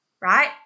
Right